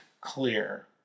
clear